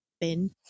bin